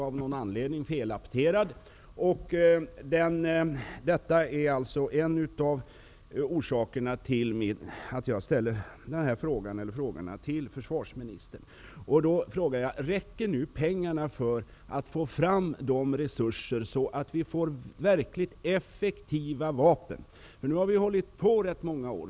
Av någon anledning blev den felapterad. Detta är en av anledningarna till att jag ställde dessa frågor till försvarsministern. Räcker nu pengarna till att få fram resurser så att vi får verkligt effektiva vapen? Vi har nu hållit på i ganska många år.